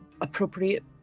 appropriate